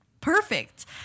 perfect